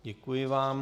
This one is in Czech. Děkuji vám.